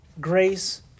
Grace